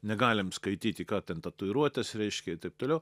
negalim skaityti ką ten tatuiruotės reiškia ir taip toliau